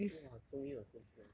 !wah! 终于 uh 收这招